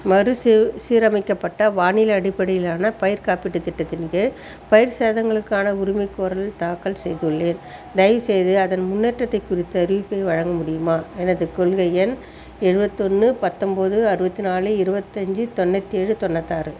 மறுசீ சீரமைக்கப்பட்ட வானிலை அடிப்படையிலான பயிர் காப்பீட்டுத் திட்டத்தின் கீழ் பயிர் சேதங்களுக்கான உரிமைகோரலை தாக்கல் செய்துள்ளேன் தயவு செய்து அதன் முன்னேற்றத்தை குறித்த அறிவிப்பை வழங்க முடியுமா எனது கொள்கை எண் எழுபத்தொன்னு பத்தொம்பது அறுபத்தி நாலு இருபத்தஞ்சு தொண்ணூத்தேழு தொண்ணூத்தாறு